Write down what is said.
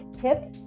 tips